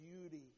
beauty